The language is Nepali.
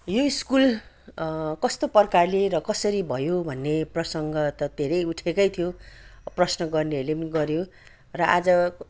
यो स्कूल कस्तो प्रकारले र कसरी भयो भन्ने प्रसङ्ग त धेरै उठेकै थियो प्रश्न गर्नेहरूले पनि गऱ्यो र आज